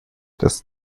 das